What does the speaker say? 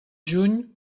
juny